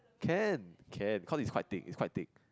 can can cause it's quite think it's quite thick